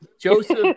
Joseph